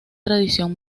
tradición